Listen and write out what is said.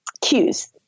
cues